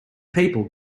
people